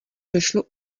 došlo